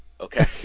okay